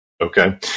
Okay